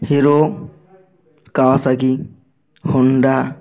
hero Kawasaki Honda